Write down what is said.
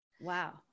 Wow